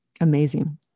Amazing